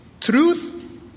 truth